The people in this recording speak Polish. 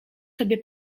sobie